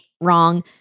Wrong